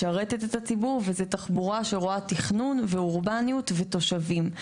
משרתת את הציבור וזו תחבורה שרואה תכנון ואורבניות ותושבים.